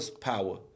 power